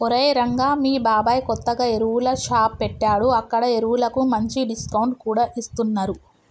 ఒరేయ్ రంగా మీ బాబాయ్ కొత్తగా ఎరువుల షాప్ పెట్టాడు అక్కడ ఎరువులకు మంచి డిస్కౌంట్ కూడా ఇస్తున్నరు